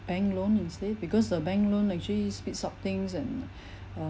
bank loan instead because the bank loan actually speeds up things and